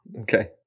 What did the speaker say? Okay